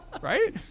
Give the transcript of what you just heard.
Right